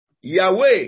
Yahweh